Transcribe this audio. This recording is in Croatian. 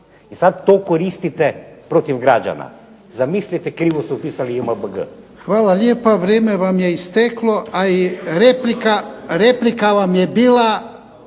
I sad to koristite protiv građana. Zamislite krivo su upisali JMBG. **Jarnjak, Ivan (HDZ)** Hvala lijepa. Vrijeme vam je isteklo, a i replika vam je bila